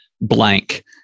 blank